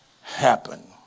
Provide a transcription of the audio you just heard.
happen